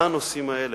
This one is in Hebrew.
בנושאים האלה,